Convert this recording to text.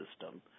system